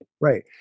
Right